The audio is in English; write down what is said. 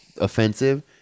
offensive